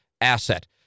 asset